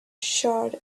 charred